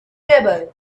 table